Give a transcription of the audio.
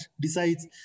decides